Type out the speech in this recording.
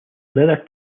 leather